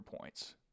points